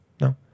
No